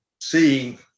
seeing